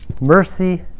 Mercy